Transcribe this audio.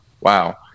wow